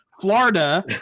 Florida